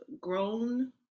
grown